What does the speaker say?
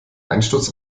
einsturz